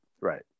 Right